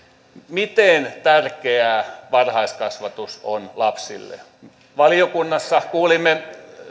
miten tärkeää varhaiskasvatus on lapsille valiokunnassa kuulimme